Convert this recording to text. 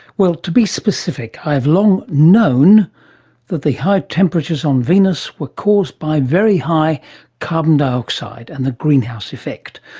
well, to be specific, i have long known that the high temperatures on venus were caused by very high carbon dioxide and the greenhouse effect.